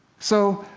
so,